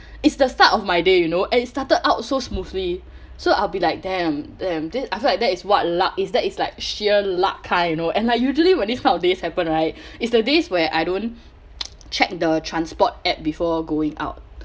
it's the start of my day you know and it started out so smoothly so I'll be like damn damn thi~ I feel like that is what luck is that is like sheer luck kind you know and like usually when this kind of days happen right is the days where I don't check the transport app before going out